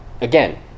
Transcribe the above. again